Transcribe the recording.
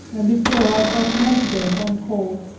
and if so, i've got an antidote on call.